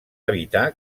evitar